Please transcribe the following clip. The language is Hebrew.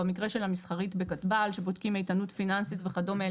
במקרה של המסחרית שבודקים איתנות פיננסית וכדומה,